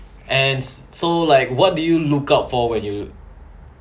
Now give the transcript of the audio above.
and s~ so like what do you look out for when you